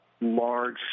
large